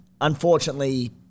Unfortunately